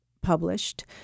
published